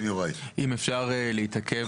אם אפשר להתעכב,